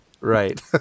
Right